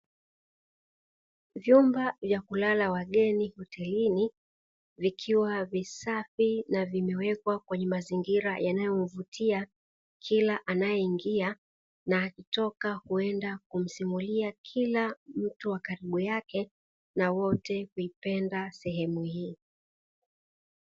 Vyumba vya kulala wageni hotelini, vikiwa visafi na vimewekwa kwenye mazingira yanayomvutia kila anayeingia na akitoka kuenda kumsimulia kila mtu wa karibu yake na wote kuipenda sehemu hii.